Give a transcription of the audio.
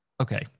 okay